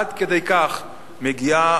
עד כדי כך מגיעה,